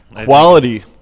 Quality